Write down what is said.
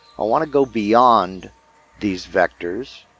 i want to go beyond these vectors.